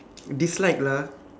dislike lah